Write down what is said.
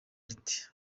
ati